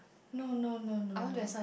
no no no no no